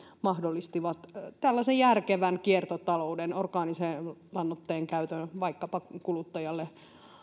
mahdollistavat tällaisen järkevän kiertotalouden orgaanisen lannoitteen käytön vaikkapa kuluttajalle